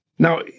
Now